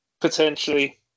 potentially